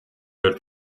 ერთ